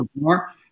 more